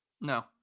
No